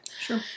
Sure